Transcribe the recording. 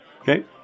Okay